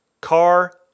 car